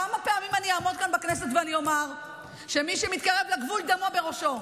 כמה פעמים אני אעמוד כאן בכנסת ואני אומר שמי שמתקרב לגבול דמו בראשו?